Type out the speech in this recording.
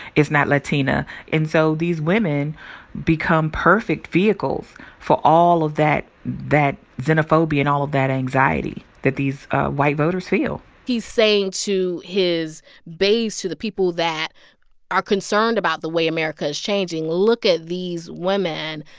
it's not latina. and so these women become perfect vehicles for all of that that xenophobia and all of that anxiety that these white voters feel he's saying to his base, to the people that are concerned about the way america is changing, look at these women.